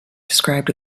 described